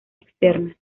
externa